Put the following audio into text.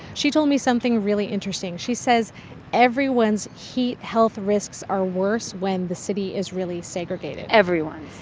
she told me something really interesting. she says everyone's heat health risks are worse when the city is really segregated everyone's?